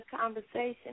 conversation